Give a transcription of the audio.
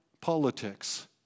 politics